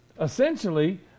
essentially